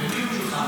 במי הוא נלחם